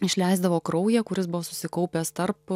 išleisdavo kraują kuris buvo susikaupęs tarp